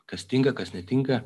kas tinka kas netinka